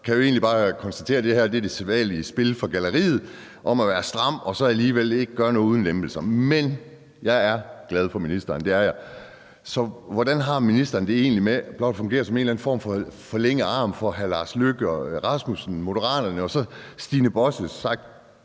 jeg jo egentlig bare konstatere, at det her er det sædvanlige spil for galleriet med at være stram og så alligevel ikke gøre noget uden lempelser. Men jeg er glad for ministeren – det er jeg – så hvordan har ministeren det egentlig med blot at fungere som en eller anden form for forlænget arm for udenrigsministeren, Moderaterne og så Stine Bosse, sagt